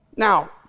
Now